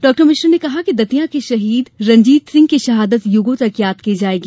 डॉ मिश्र ने कहा कि दतिया के शहीद रंजीत सिंह की शहादत यूगों तक याद रखी जाएगी